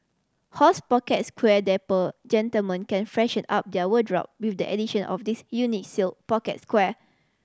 horse pocket square Dapper gentlemen can freshen up their wardrobe with the addition of this unique silk pocket square